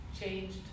changed